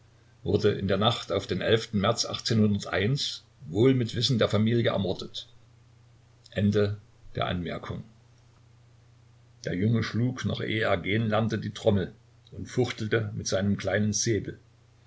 wurde in der nacht auf den märz wohl mit wissen der familie ermordet anm d übers hatte nikolai im alter von fünf monaten zum chef der leibgarde kavallerie mit dem range eines general leutnants ernannt der junge schlug noch ehe er gehen lernte die trommel und fuchtelte mit seinem kleinen säbel